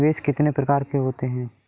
निवेश कितने प्रकार के होते हैं?